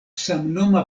samnoma